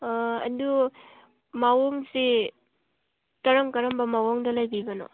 ꯑꯥ ꯑꯗꯨ ꯃꯑꯣꯡꯁꯤ ꯀꯔꯝ ꯀꯔꯝꯕ ꯃꯑꯣꯡꯗ ꯂꯩꯕꯤꯕꯅꯣ